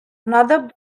another